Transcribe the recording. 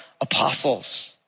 apostles